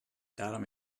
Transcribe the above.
daarom